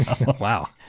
Wow